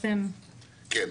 כן.